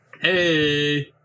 Hey